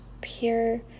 pure